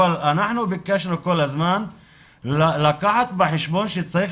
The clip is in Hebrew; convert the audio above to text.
אבל אנחנו ביקשנו כל הזמן לקחת בחשבון שצריך